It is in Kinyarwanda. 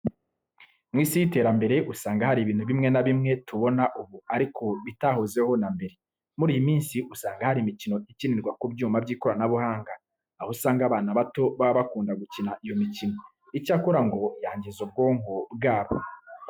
Mu Isi y'iterambere usanga hari ibintu bimwe na bimwe tubona ubu ariko bitahozeho na mbere. Muri iyi minsi usanga hari imikino ikinirwa ku byuma by'ikoranabuhanga, aho usanga abana bato baba bakunda gukina iyo mikino, icyakora ngo yangiza ubwonko bwabo.